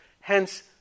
Hence